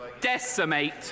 decimate